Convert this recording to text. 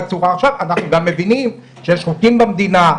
אנחנו גם מבינים שיש חוקים במדינה,